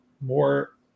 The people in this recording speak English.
more